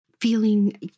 feeling